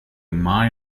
mai